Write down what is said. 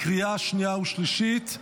לקריאה שנייה ושלישית.